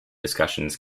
discussions